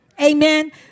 Amen